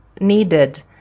needed